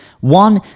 one